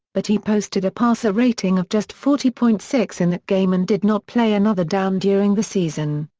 but he posted a passer rating of just forty point six in that game and did not play another down during the season.